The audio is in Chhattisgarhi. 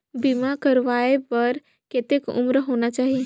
बीमा करवाय बार कतेक उम्र होना चाही?